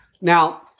now